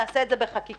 נעשה את זה בחקיקה.